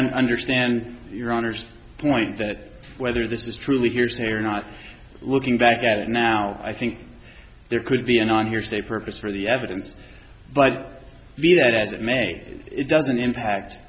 understand your honour's point that whether this is truly hearsay or not looking back at it now i think there could be an on hearsay purpose for the evidence but be that as it may it doesn't impact